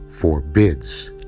forbids